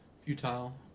futile